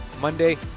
Monday